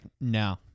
no